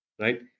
right